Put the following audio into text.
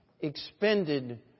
expended